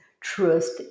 trust